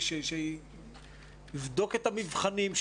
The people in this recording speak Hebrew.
שיבדוק את המבחנים,